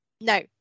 No